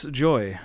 joy